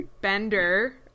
bender